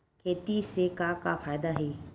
खेती से का का फ़ायदा हे?